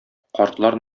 картлар